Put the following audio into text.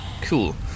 cool